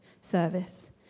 service